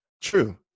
True